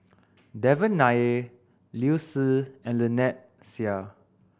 Devan Nair Liu Si and Lynnette Seah